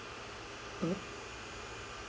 hmm